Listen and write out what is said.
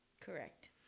Correct